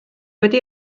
wedi